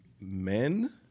men